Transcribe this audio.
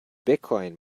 bitcoin